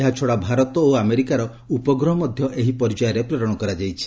ଏହାଛଡ଼ା ଭାରତ ଓ ଆମେରିକାର ଉପଗ୍ରହ ମଧ୍ୟ ଏହି ପର୍ଯ୍ୟାୟରେ ପ୍ରେରଣ କରାଯାଇଛି